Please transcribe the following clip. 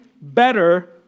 better